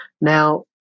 Now